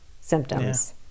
symptoms